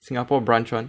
Singapore branch one